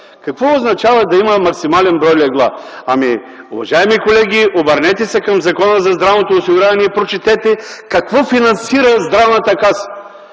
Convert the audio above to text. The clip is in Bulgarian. Какво означава да има максимален брой легла? Ами, уважаеми колеги, обърнете се към Закона за здравното осигуряване и прочетете какво финансира Здравната каса!